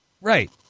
Right